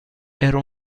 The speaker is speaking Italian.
era